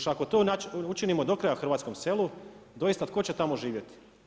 Još ako to učinimo do kraja hrvatskom selu, doista tko će tamo živjeti.